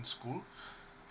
school